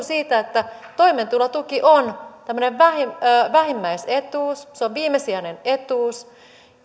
siitä että toimeentulotuki on tämmöinen vähimmäisetuus se on viimesijainen etuus